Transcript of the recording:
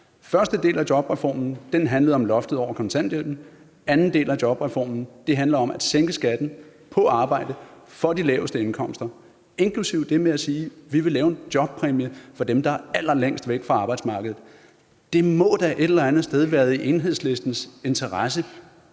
Første del af jobreformen handlede om loftet over kontanthjælpen. Anden del af jobreformen handler om at sænke skatten på arbejde for de laveste indkomster, inklusive det med at sige, at vi vil lave en jobpræmie for dem, der er allerlængst væk fra arbejdsmarkedet. Det må da et eller andet sted være i Enhedslistens interesse